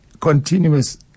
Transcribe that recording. continuous